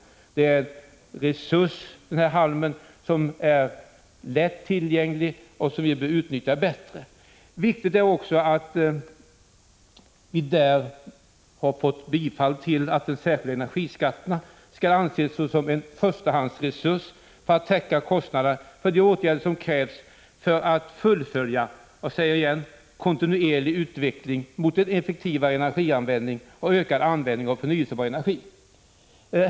Halm är en resurs som är lättillgänglig och som vi borde utnyttja bättre. Viktigt är också att utskottet tillstyrkt vårt förslag om att den särskilda energiskatten skall anses som en förstahandsresurs för att täcka kostnaderna för de åtgärder som krävs för att fullfölja en kontinuerlig utveckling mot en effektivare energianvändning och ökad användning av förnyelsebar energi.